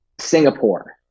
Singapore